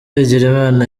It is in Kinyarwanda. bigirimana